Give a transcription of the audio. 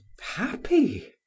happy